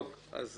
אנחנו